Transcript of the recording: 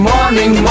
Morning